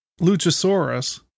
luchasaurus